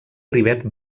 rivet